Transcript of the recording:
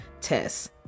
tests